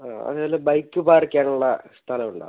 ആ അതുപോലെ bike park ചെയ്യാനുള്ള സ്ഥലം ഉണ്ടോ